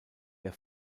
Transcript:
der